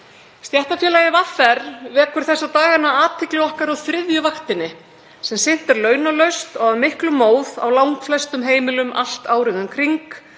Stéttarfélagið VR vekur þessa dagana athygli okkar á þriðju vaktinni sem sinnt er launalaust og af miklum móð á langflestum heimilum allt árið um kring.